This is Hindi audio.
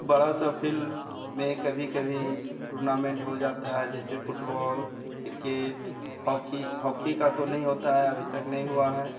बड़ा सा फिल्ड में कभी कभी टुर्नामेंट हो जाता है जैसे फुटबोल किरकेट हॉकी हॉकी का तो नहीं होता है अभी तक नहीं हुआ है